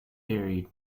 varied